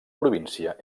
província